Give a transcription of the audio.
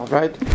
right